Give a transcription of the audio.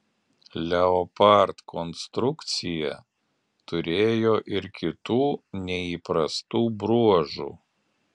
leopard konstrukcija turėjo ir kitų neįprastų bruožų